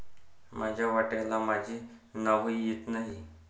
माझ्या वाट्याला माझे नावही येत नाही